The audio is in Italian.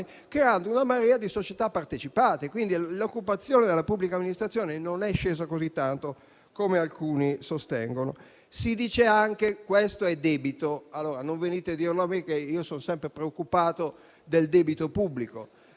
creando una marea di società partecipate. Quindi, l'occupazione della pubblica amministrazione non è scesa così tanto come alcuni sostengono. Si dice che anche questo è debito. Non venite a dirlo a me, che sono sempre preoccupato del debito pubblico,